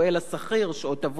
שעות עבודה,